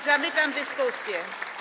Zamykam dyskusję.